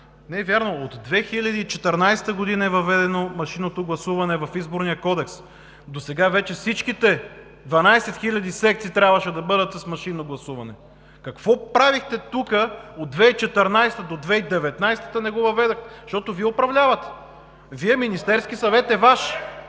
Не е вярно. От 2014 г. е въведено машинното гласуване в Изборния кодекс. Досега вече всичките 12 000 секции трябваше да бъдат с машинно гласуване. Какво правихте тук от 2014-а до 2019 г., та не го въведохте, защото Вие управлявате?! Вие – Министерският съвет е Ваш.